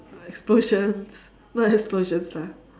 explosions not explosions lah